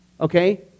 Okay